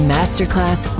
Masterclass